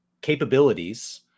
capabilities